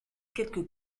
quelques